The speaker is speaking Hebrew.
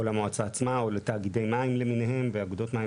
או למועצה עצמה או לתאגידי מים למיניהם ואגודות מים,